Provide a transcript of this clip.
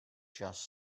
just